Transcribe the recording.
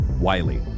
Wiley